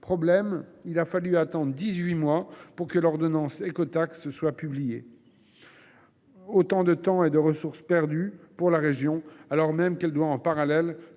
Mais il a fallu attendre dix huit mois pour que l’ordonnance écotaxe soit publiée : autant de temps et de ressources perdus pour la région, alors même qu’elle doit en parallèle